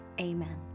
Amen